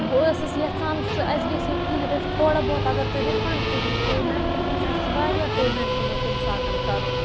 بہٕ ٲسٕس یَژھان سُہ اَسہِ گژھِ ہے کینٛہہ رِف تھوڑا بہت اگر تُہۍ رِفنٛڈ کٔرہو پیمٮ۪نٛٹ تِکیٛازِ اَسہِ چھُ واریاہ پیمٮ۪نٛٹ پیٚومُت تَمہِ ساتہٕ کَرُن